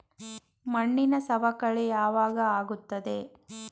ಮಣ್ಣಿನ ಸವಕಳಿ ಯಾವಾಗ ಆಗುತ್ತದೆ?